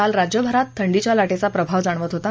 काल राज्यभरात थंडीच्या लाांच्या प्रभाव जाणवत होता